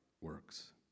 works